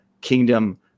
kingdom